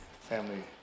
family